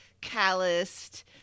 calloused